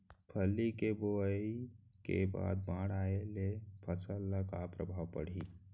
फल्ली के बोआई के बाद बाढ़ आये ले फसल मा का प्रभाव पड़ही?